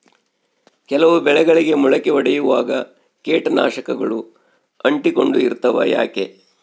ಕೆಲವು ಬೆಳೆಗಳಿಗೆ ಮೊಳಕೆ ಒಡಿಯುವಾಗ ಕೇಟನಾಶಕಗಳು ಅಂಟಿಕೊಂಡು ಇರ್ತವ ಯಾಕೆ?